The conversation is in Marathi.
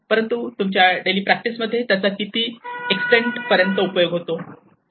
परंतु तुमच्या डेली प्रॅक्टिस मध्ये त्याचा किती एक्सटेंड पर्यंत उपयोग होतो